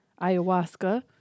ayahuasca